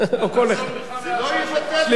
זה לא יבטל את ההצעה שלך.